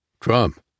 Trump